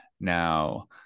now